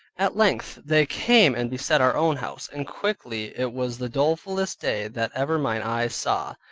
at length they came and beset our own house, and quickly it was the dolefulest day that ever mine eyes saw.